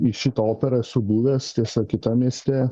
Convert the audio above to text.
į šitą operą esu buvęs tiesa kitam mieste